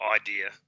idea